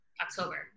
October